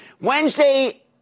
Wednesday